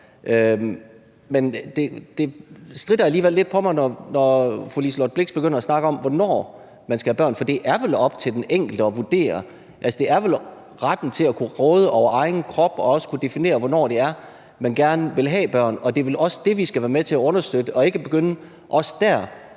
Men det stritter alligevel lidt på mig, når fru Liselott Blixt begynder at snakke om, hvornår man skal have børn, for det er vel op til den enkelte at vurdere. Altså, det er vel retten til at kunne råde over egen krop og også kunne definere, hvornår det er, man gerne vil have børn, vi skal være med til at understøtte, og ikke også dér